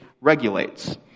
regulates